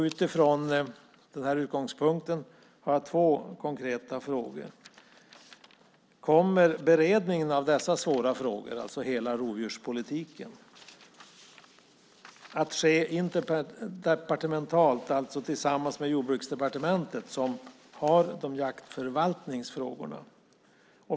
Utifrån denna utgångspunkt har jag två konkreta frågor. För det första: Kommer beredningen av dessa svåra frågor, alltså hela rovdjurspolitiken, att ske interdepartementalt tillsammans med Jordbruksdepartementet, som ansvarar för jaktförvaltningsfrågorna?